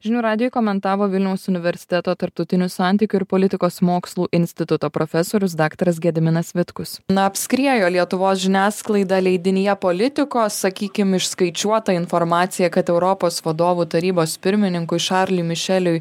žinių radijui komentavo vilniaus universiteto tarptautinių santykių ir politikos mokslų instituto profesorius daktaras gediminas vitkus na apskriejo lietuvos žiniasklaidą leidinyje politiko sakykim išskaičiuota informacija kad europos vadovų tarybos pirmininkui šarli mišeliui